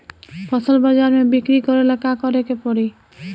फसल बाजार मे बिक्री करेला का करेके परी?